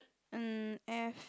mm F